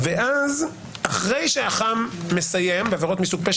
ואז אחרי שאח"מ מסיים בעבירות מסוג פשע